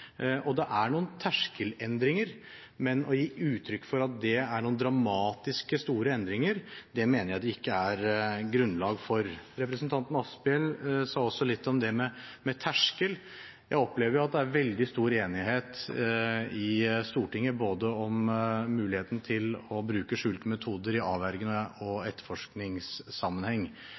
sist. Det er noen terskelendringer, men å gi uttrykk for at det er noen dramatisk store endringer, mener jeg det ikke er grunnlag for. Representanten Asphjell sa også litt om det med terskel. Jeg opplever at det er veldig stor enighet i Stortinget om muligheten til å bruke skjulte metoder både i avvergende sammenheng og etterforskningssammenheng.